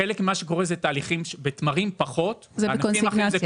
חלק ממה שקורה בתמרים קצת פחות שזה בקונסיגנציה.